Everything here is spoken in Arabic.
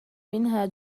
منها